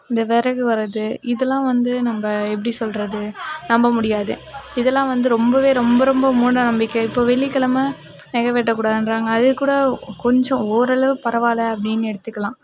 இந்த விறகு வர்றது இதுலாம் வந்து நம்ம எப்படி சொல்வது நம்ப முடியாது இதுலாம் வந்து ரொம்ப ரொம்ப ரொம்ப மூடநம்பிக்கை இப்போ வெள்ளிக்கிழம நகம் வெட்டக்கூடாதுன்றாங்க அது கூட கொஞ்சம் ஓரளவுக்கு பரவாயில்லன்னு அப்படின்னு எடுத்துக்கலாம்